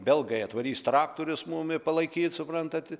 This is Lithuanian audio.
belgai atvarys traktorius mumi palaikyt suprantat